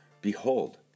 Behold